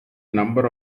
number